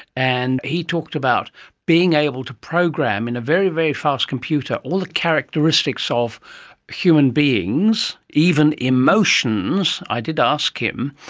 and he talked about being able to program in a very, very fast computer all the characteristics of human beings, even emotions, i did ask him,